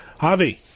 javi